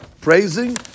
praising